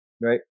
right